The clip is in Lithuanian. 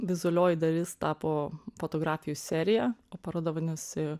vizualioji dalis tapo fotografijų serija o paroda vadinasi